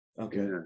okay